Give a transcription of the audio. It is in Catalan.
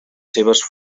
seves